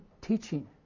teaching